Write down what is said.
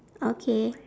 okay